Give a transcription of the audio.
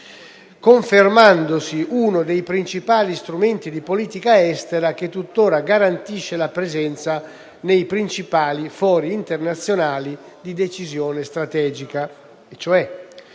confermandosi uno dei principali strumenti di politica estera, che tuttora garantisce la presenza nei principali fori internazionali di decisione strategica.